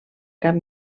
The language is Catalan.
cap